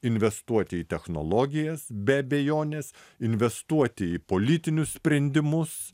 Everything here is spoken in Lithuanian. investuoti į technologijas be abejonės investuoti į politinius sprendimus